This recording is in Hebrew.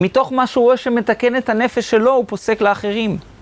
מתוך מה שהוא רואה שמתקן את הנפש שלו הוא פוסק לאחרים.